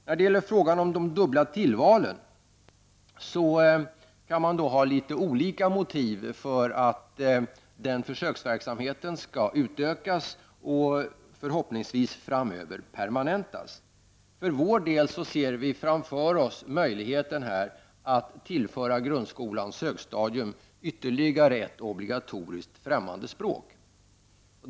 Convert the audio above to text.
När det gäller frågan om de dubbla tillvalen kan man ha litet olika motiv för att den försöksverksamheten skall utökas och förhoppningsvis framöver permanentas. För vår del ser vi framför oss en möjlighet att tillföra grundskolans högstadium ytterligare ett obligatoriskt främmande språk.